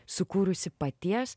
sukūrusi paties